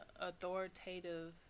authoritative